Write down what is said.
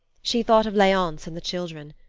she thought of leonce and the children.